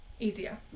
Easier